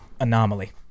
anomaly